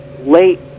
late